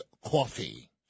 coffee